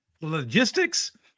logistics